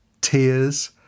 tears